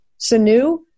Sanu